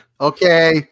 Okay